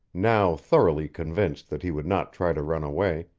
now thoroughly convinced that he would not try to run away,